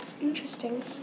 Interesting